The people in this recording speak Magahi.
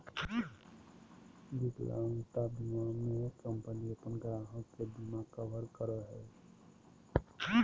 विकलांगता बीमा में कंपनी अपन ग्राहक के बिमा कवर करो हइ